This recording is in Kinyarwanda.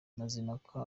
mazimpaka